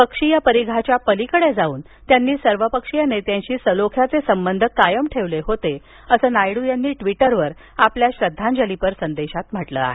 पक्षीय परिघाच्या पलीकडे जाऊन त्यांनी सर्वपक्षीय नेत्यांशी सलोख्याचे संबंध कायम ठेवले होते असं नायडू यांनी ट्वीटरवर आपल्या श्रद्धांजलीपर संदेशात म्हटलं आहे